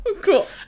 Cool